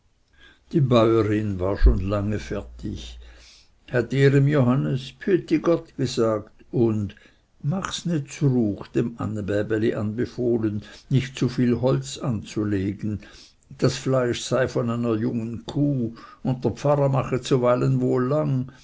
die bäurin war schon lange fertig hatte ihrem johannes bhüet dih gott gesagt und machs nit z'ruch dem annebäbeli anbefohlen nicht zu viel holz anzulegen das fleisch sei von einer jungen kuh und der pfarrer mache zuweilen wohl lang